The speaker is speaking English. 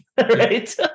right